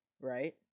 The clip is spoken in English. right